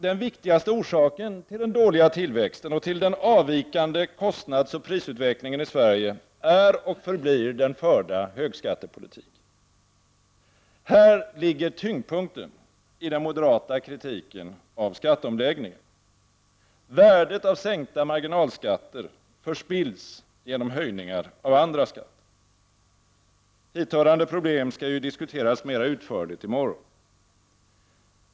Den viktigaste orsaken till den dåliga tillväxten och till den avvikande kostnadsoch prisutvecklingen i Sverige är och förblir den förda högskattepolitiken. Här ligger tyngdpunkten i den moderata kritiken av skatteomläggningen. Värdet av sänkta marginalskatter förspills genom höjningar av andra skatter. Hithörande problem skall diskuteras mera utförligt i morgon.